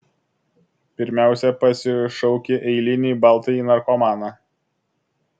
pirmiausia pasišauki eilinį baltąjį narkomaną